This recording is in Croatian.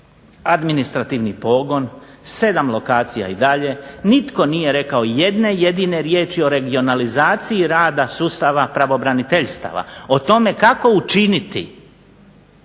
administrativni pogon, 7 lokacija i dalje. Nitko nije rekao jedne jedine riječi o regionalizaciji rada sustava pravobraniteljstava o tome kako učiniti